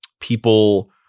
people